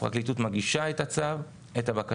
הפרקליטות מגישה את הבקשה,